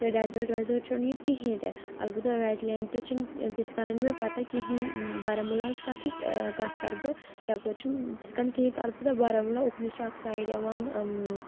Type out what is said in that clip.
تہٕ ڈیزٲٹ ویزٲٹ چھُنہٕ ییٚتہِ کِہیٖنۍ تہِ البتہ ویٚٹ لینٛڈ تہِ چھِنہٕ تِتھ کٔنَن مےٚ پَتہ کِہیٖنۍ بارہمولاہٕچ کَتھٕچ کَتھ کَرٕ بہٕ یَپٲرۍ چھُنہٕ تِتھ کَن کینٛہہ تہٕ البتہ بارہمولہ اُکنُے چھِ اَکھ سایِڈ یِوان